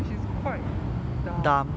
which is quite dumb